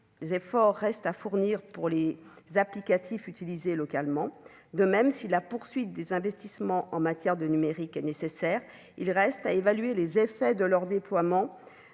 efforts restent à fournir pour les applicatifs utilisés localement de même si la poursuite des investissements en matière de numérique est nécessaire, il reste à évaluer les effets de leur déploiement